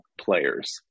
players